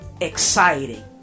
exciting